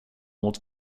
mot